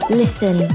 listen